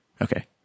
Okay